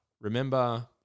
Remember